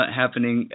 happening